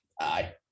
Aye